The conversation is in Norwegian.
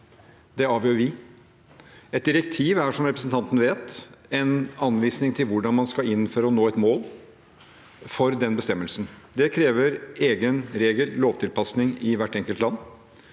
Det avgjør vi. Et direktiv er, som representanten vet, en anvisning til hvordan man skal innføre og nå et mål for en bestemmelse. Det krever egen regel-/lovtilpasning i hvert enkelt land,